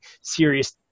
serious